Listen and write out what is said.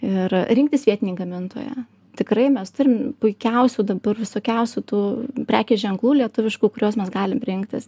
ir rinktis vietinį gamintoją tikrai mes turim puikiausių dabar visokiausių tų prekės ženklų lietuviškų kuriuos mes galim rinktis